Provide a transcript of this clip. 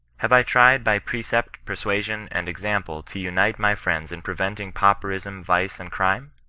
have i tried by precept, persuasion, and example to unite my friends in preventing pauperism, vice, and crime